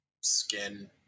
skin